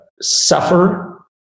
suffer